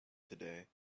today